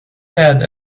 sad